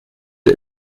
der